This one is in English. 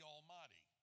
Almighty